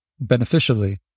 beneficially